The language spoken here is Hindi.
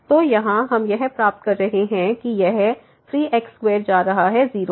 तो यहाँ हम यह प्राप्त कर रहे हैं कि यह 3 x2 जा रहा है 0 पर